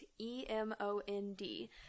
e-m-o-n-d